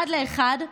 אחד לאחד,